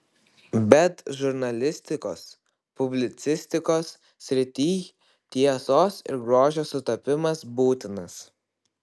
bet žurnalistikos publicistikos srityj tiesos ir grožio sutapimas būtinas